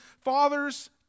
father's